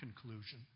conclusion